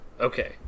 Okay